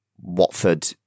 Watford